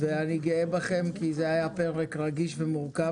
ואני גאה בכם כי זה היה פרק רגיש ומורכב